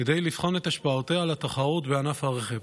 כדי לבחון את השפעותיה על התחרות בענף הרכב.